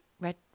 red